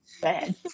bad